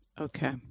Okay